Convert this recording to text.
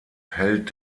hält